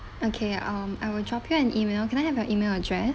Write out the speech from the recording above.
okay um I will drop you an email can I have your email address